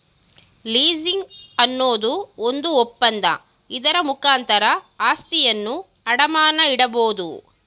leasing ಅನ್ನೋದು ಒಂದು ಒಪ್ಪಂದ, ಇದರ ಮುಖಾಂತರ ಆಸ್ತಿಯನ್ನು ಅಡಮಾನ ಇಡಬೋದು